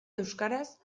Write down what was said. euskaraz